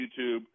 YouTube